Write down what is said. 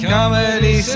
Comedy